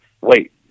wait